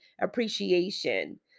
appreciation